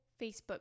Facebook